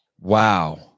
Wow